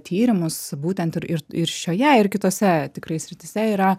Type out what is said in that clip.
tyrimus būtent ir ir ir šioje ir kitose tikrai srityse yra